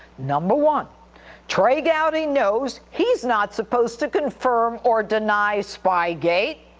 number one trey gowdy knows he's not supposed to confirm or deny spygate.